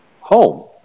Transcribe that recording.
home